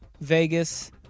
Vegas